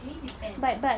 maybe depends ah